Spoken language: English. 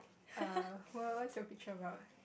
err what what's your picture about